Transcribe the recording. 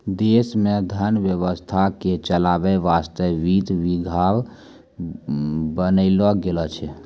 देश मे धन व्यवस्था के चलावै वासतै वित्त विभाग बनैलो गेलो छै